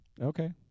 Okay